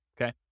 okay